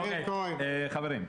חברים,